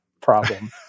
problem